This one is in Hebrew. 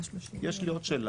יש לי עוד שאלה.